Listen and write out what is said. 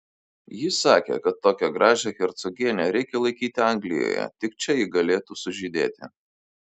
jis sakė kad tokią gražią hercogienę reikia laikyti anglijoje tik čia ji galėtų sužydėti